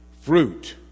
fruit